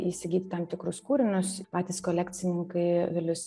įsigyti tam tikrus kūrinius patys kolekcininkai vilius